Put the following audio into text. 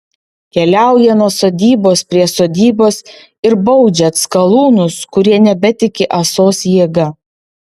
keliauja nuo sodybos prie sodybos ir baudžia atskalūnus kurie nebetiki ąsos jėga